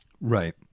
Right